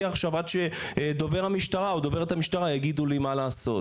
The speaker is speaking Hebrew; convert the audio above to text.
עכשיו עד שדובר המשטרה או דוברת המשטרה יגידו לי מה לעשות.